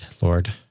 Lord